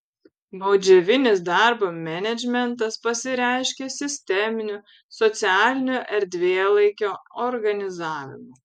baudžiavinis darbo menedžmentas pasireiškė sisteminiu socialinio erdvėlaikio organizavimu